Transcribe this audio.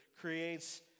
creates